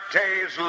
days